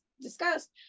discussed